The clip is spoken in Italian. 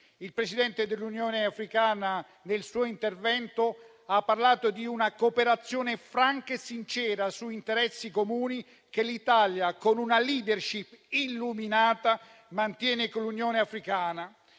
Il Presidente dell'Unione Africana nel suo intervento ha parlato di una cooperazione franca e sincera su interessi comuni, che l'Italia, con una *leadership* illuminata, mantiene con l'Unione Africana.